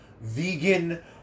vegan